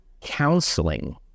counseling